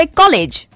college